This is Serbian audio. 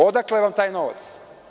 Odakle vam taj novac?